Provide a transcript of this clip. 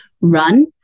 run